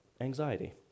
Anxiety